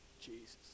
Jesus